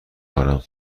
کنم